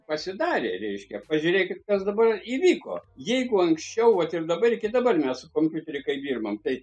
pasidarė reiškia pažiūrėkit kas dabar įvyko jeigu anksčiau vat ir dabar iki dabar mes su kompiuteriu kai dirbam tai